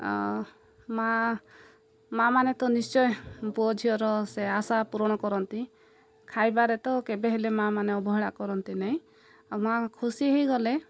ଆ ମା' ମା' ମାନେ ତ ନିଶ୍ଚୟ ପୁଅ ଝିଅର ସେ ଆଶା ପୂରଣ କରନ୍ତି ଖାଇବାରେ ତ କେବେ ହେଲେ ମା' ମାନେ ଅବହେଳା କରନ୍ତି ନାହିଁ ଆଉ ମାଆ ଖୁସି ହେଇଗଲେ